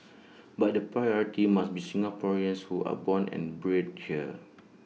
but the priority must be Singaporeans who are born and bred here